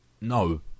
no